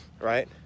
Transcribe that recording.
right